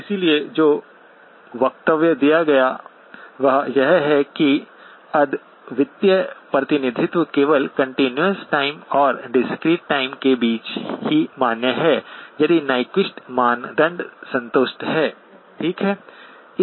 इसलिए जो वक्तव्य दिया गया वह यह है कि अद्वितीय प्रतिनिधित्व केवल कंटीन्यूअस टाइम और डिस्क्रीट टाइम के बीच ही मान्य है यदि नीक्वीस्ट मानदंड संतुष्ट है ठीक है